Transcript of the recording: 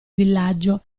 villaggio